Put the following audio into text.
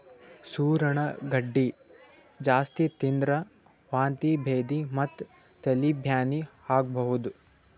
ಸೂರಣ ಗಡ್ಡಿ ಜಾಸ್ತಿ ತಿಂದ್ರ್ ವಾಂತಿ ಭೇದಿ ಮತ್ತ್ ತಲಿ ಬ್ಯಾನಿ ಆಗಬಹುದ್